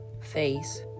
face